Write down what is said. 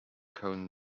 cone